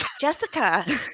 Jessica